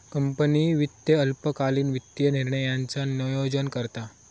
company वित्त अल्पकालीन वित्तीय निर्णयांचा नोयोजन करता